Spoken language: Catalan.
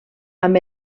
amb